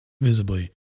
visibly